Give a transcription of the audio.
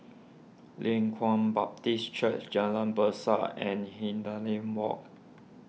Leng Kwang Baptist Church Jalan Besar and Hindhede Walk